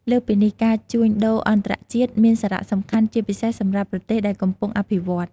លើសពីនេះការជួញដូរអន្តរជាតិមាន សារៈសំខាន់ជាពិសេស សម្រាប់ប្រទេសដែលកំពុងអភិវឌ្ឃ។